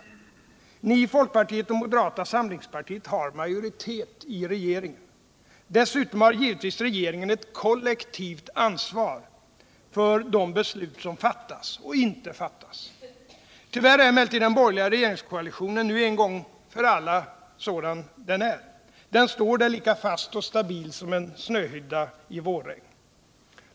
Ni i folkpartiet och moderata samlingspartiet har majoritet i regeringen. Dessutom har givetvis regeringen ett kollektivt ansvar för de beslut som fattas och inte fattas. Tyvärr är emellertid den borgerliga regeringskoalitionen nu en gång för alla sådan den är. Den står där, lika fast och stabil som en snöhydda i vårregn.